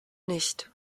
nicht